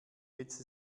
jetzt